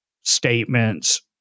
statements